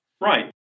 Right